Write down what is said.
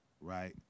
Right